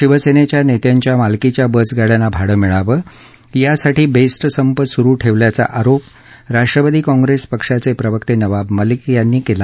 शिवसेनेच्या नेत्यांच्या मालकीच्या बसगाड्यांना भाडं मिळावं यासाठी बेस्ट संप सुरु ठेवल्याचा आरोप राष्ट्रवादी काँग्रेस पक्षाचे प्रवक्ते नवाब मलिक यांनी केला